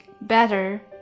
better